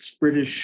British